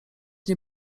nie